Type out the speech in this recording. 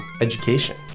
education